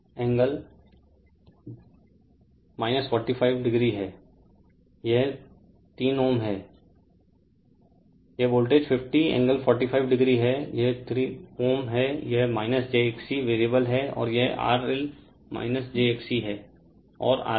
यह 3Ω है यह jXC वैरिएबल है और यह RLjXC और RL वैरिएबल है और यह 2Ωj 10Ω है